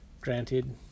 granted